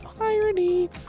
Irony